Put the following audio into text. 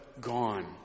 gone